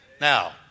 Now